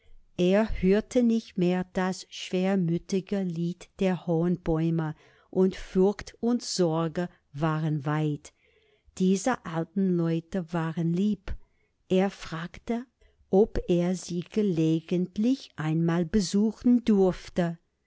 er hörte nicht mehr das schwermütige lied der hohen bäume und furcht und sorge waren weit diese alten leute waren lieb er fragte ob er sie gelegentlich einmal besuchen dürfte